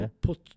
put